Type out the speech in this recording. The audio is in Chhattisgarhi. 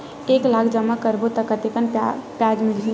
एक लाख जमा करबो त कतेकन ब्याज मिलही?